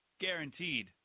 Guaranteed